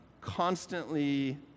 constantly